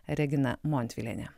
regina montvilienė